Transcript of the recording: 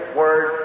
word